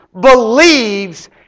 believes